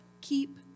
keep